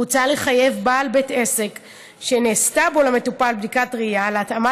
מוצע לחייב בעל בית עסק שנעשתה בו למטופל בדיקת ראייה להתאמת